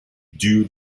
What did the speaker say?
due